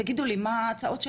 תגידו לי מה הצעות שלכם.